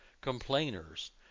complainers